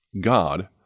God